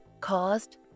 caused